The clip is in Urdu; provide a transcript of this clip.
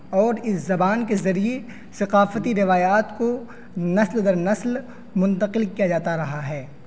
اور اس زبان کے ذڑیعے ثقافتی روایات کو نسل در نسل منتقل کیا جاتا رہا ہے